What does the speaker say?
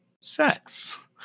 sex